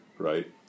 right